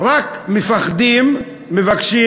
רק מפחדים מבקשים.